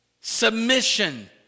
submission